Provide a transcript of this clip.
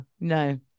no